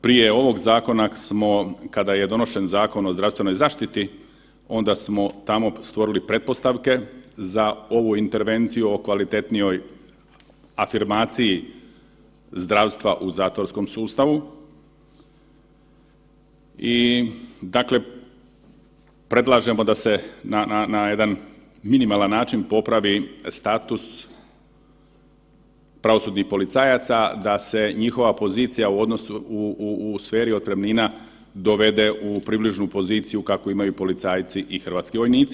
Prije ovog zakona smo kada je donošen Zakon o zdravstvenoj zaštiti onda smo tamo stvorili pretpostavke za ovu intervenciju o kvalitetnijoj afirmaciji zdravstva u zatvorskom sustavu i dakle predlažemo da se na jedan minimalna način popravi status pravosudnih policajaca, da se njihova pozicija u sferi otpremnina dovede u približnu poziciju kakvu imaju policajci i hrvatski vojnici.